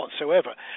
whatsoever